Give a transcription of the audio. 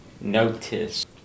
notice